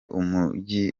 umujyi